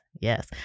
Yes